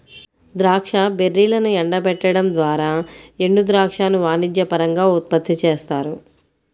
ద్రాక్ష బెర్రీలను ఎండబెట్టడం ద్వారా ఎండుద్రాక్షను వాణిజ్యపరంగా ఉత్పత్తి చేస్తారు